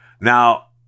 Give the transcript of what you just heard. Now